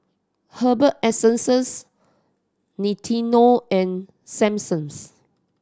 Herbal Essences Nintendo and